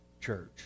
Church